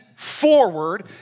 forward